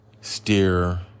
steer